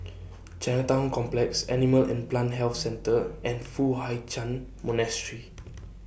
Chinatown Complex Animal and Plant Health Centre and Foo Hai Ch'An Monastery